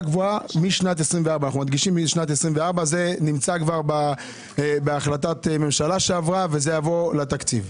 בהוראה קבועה משנת 2024. זה נמצא כבר בהחלטת ממשלה שעברה וזה יבוא לתקציב.